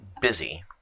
busy